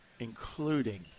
including